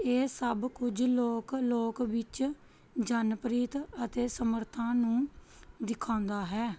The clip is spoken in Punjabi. ਇਹ ਸਭ ਕੁਝ ਲੋਕ ਲੋਕ ਵਿੱਚ ਜਨ ਪ੍ਰੀਤ ਅਤੇ ਸਮਰੱਥਾ ਨੂੰ ਦਿਖਾਉਂਦਾ ਹੈ